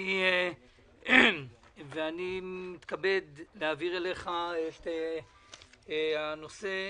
אני מתכבד לפתוח את ישיבת ועדת הכספים.